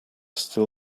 still